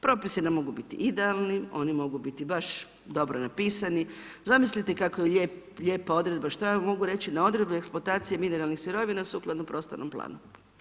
Propisi ne mogu biti idealni, oni mogu biti baš dobro napisani, zamislite kako je lijepa odredba, što ja mogu reći na odredbe eksploatacije mineralnih sirovina sukladno prostornom planu?